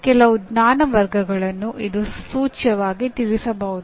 ಕೆಲವು ಜ್ಞಾನ ವರ್ಗಗಳನ್ನು ಇದು ಸೂಚ್ಯವಾಗಿ ತಿಳಿಸಬಹುದು